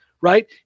right